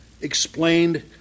explained